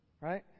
Right